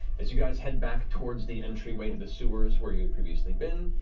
as you guys head back towards the entryway to the sewers, where you had previously been,